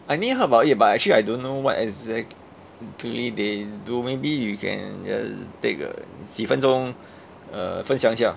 I only heard about it but actually I don't know what exactly they do maybe you can just take a 几分钟 uh 分享一下